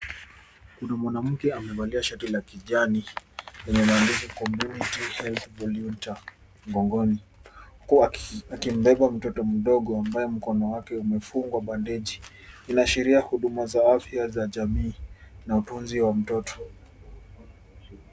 Kuna mwanamke amevalia shati la kijani, lenye maandishi community health volunteer, mgongoni. Huku akimbeba mtoto mdogo ambaye mkono wake umefungwa bandeji, inaashiria huduma za afya za jamii na utunzi wa mtoto.